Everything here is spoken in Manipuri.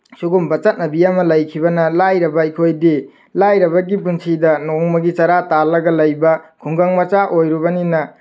ꯁꯤꯒꯨꯝꯕ ꯆꯠꯅꯕꯤ ꯑꯃ ꯂꯩꯈꯤꯕꯅ ꯂꯥꯏꯔꯕ ꯑꯩꯈꯣꯏꯗꯤ ꯂꯥꯏꯔꯕꯒꯤ ꯄꯨꯟꯁꯤꯗ ꯅꯣꯡꯃꯒꯤ ꯆꯔꯥ ꯇꯥꯜꯂꯒ ꯂꯩꯕ ꯈꯨꯡꯒꯪ ꯃꯆꯥ ꯑꯣꯏꯔꯨꯕꯅꯤꯅ